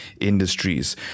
industries